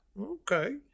okay